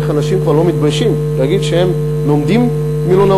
איך אנשים כבר לא מתביישים להגיד שהם לומדים מלונאות,